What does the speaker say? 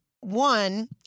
One